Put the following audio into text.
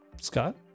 Scott